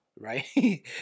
Right